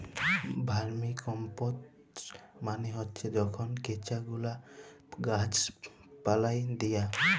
vermicompost মালে হছে যখল কেঁচা গুলা গাহাচ পালায় দিয়া